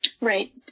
Right